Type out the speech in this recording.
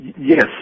yes